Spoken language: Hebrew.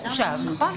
נכון.